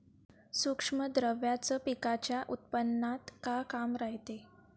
सूक्ष्म द्रव्याचं पिकाच्या उत्पन्नात का काम रायते?